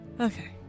Okay